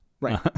Right